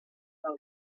del